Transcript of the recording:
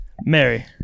Mary